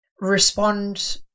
respond